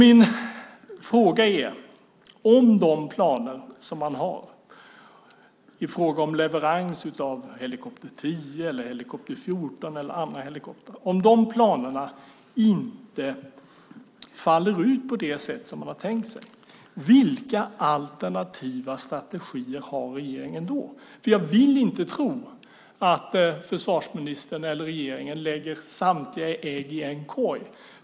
Min fråga är: Om de planer som man har i fråga om leverans av helikopter 10, 14 eller andra helikoptrar inte faller ut på det sätt som man har tänkt sig, vilka alternativa strategier har regeringen då? Jag vill inte tro att försvarsministern eller regeringen lägger samtliga ägg i en korg.